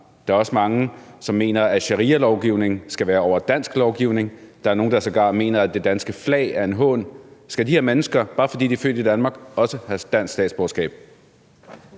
Der er også mange, som mener, at sharialovgivning skal være over dansk lovgivning. Der er nogen, der sågar mener, at det danske flag er en hån. Skal de her mennesker, bare fordi de er født Danmark, også have dansk statsborgerskab?